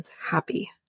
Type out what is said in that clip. happy